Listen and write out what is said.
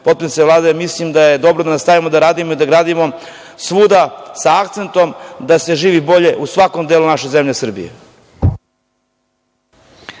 potpredsednice Vlade, mislim da je dobro da nastavimo i da gradimo svuda, sa akcentom da se živi bolje u svakom delu naše Srbije.